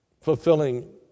fulfilling